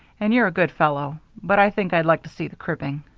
and you're a good fellow, but i think i'd like to see the cribbing.